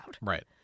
Right